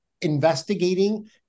investigating